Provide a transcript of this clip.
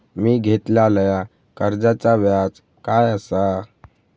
मी घेतलाल्या कर्जाचा व्याज काय आसा?